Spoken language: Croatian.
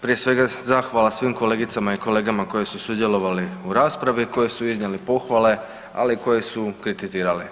Prije svega zahvala svim kolegicama i kolegama koji su sudjelovali u raspravi koji su iznijeli pohvale, ali i koji su kritizirali.